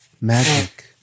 Magic